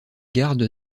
garde